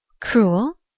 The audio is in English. Cruel